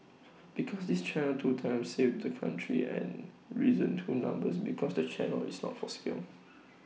because this channel two times saved the country and reason two number because the channel is not for sale